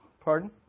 Pardon